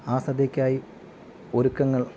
ആ സദ്യക്കായി ഒരുക്കങ്ങൾ